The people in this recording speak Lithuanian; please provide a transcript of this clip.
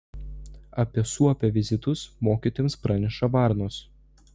apie suopio vizitus mokytojams praneša varnos